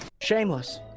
Shameless